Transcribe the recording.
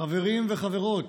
חברים וחברות,